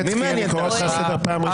אני קורא אותך פעם ראשונה.